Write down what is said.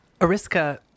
Ariska